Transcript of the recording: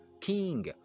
king